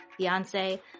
Beyonce